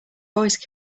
voice